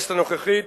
ובכנסת הנוכחית